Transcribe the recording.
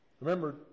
Remember